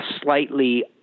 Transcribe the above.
slightly